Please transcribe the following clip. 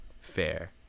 fair